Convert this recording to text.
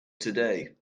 today